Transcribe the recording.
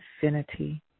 infinity